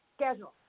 schedule